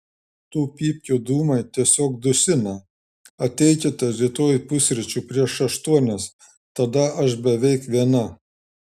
tų pypkių dūmai tiesiog dusina ateikite rytoj pusryčių prieš aštuonias tada aš beveik viena